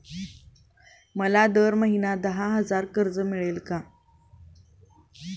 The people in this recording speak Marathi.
मला दर महिना दहा हजार कर्ज मिळेल का?